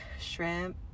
shrimp